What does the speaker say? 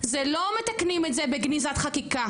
זה לא מתקנים את זה בגניזת חקיקה.